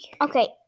Okay